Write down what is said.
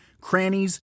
crannies